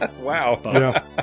Wow